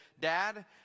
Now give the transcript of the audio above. dad